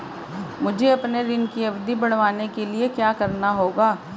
मुझे अपने ऋण की अवधि बढ़वाने के लिए क्या करना होगा?